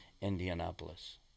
Indianapolis